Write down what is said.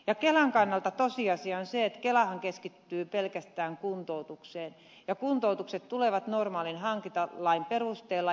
kelan kannalta tosiasia on se että kelahan keskittyy pelkästään kuntoutukseen ja kuntoutukset tulevat normaalin hankintalain perusteella